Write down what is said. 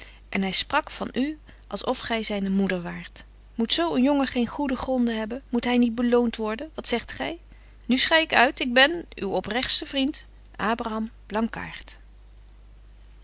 en hy sprak van u als of gy zyne moeder waart moet zo een jongen geen goede gronden hebben moet hy niet beloont worden wat zegt gy nu schei ik uit en ben uw oprechtste vriend